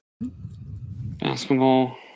Basketball